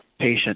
patient